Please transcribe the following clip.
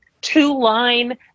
two-line